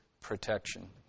protection